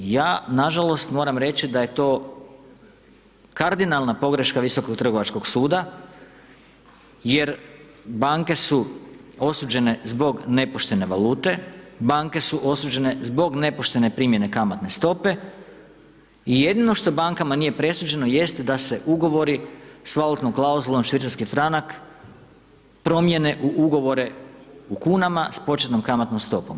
Ja nažalost, moram reći da je to kardinalna pogreška Visokog trgovačkog suda jer banke su osuđene zbog nesuđene valute banke su osuđene zbog nepoštene primjene kamatne stope i jedino što bankama nije presuđeno jest da se ugovori s valutnom klauzulom švicarski franak, promijene u ugovore u kunama s početnom kamatnom stopom.